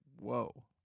whoa